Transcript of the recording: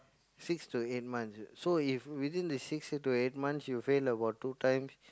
six to eight months so if within the six to eight months you fail about two times